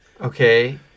Okay